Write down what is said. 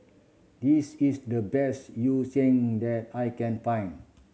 this is the best yu that I can find